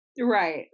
right